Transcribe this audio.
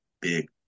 big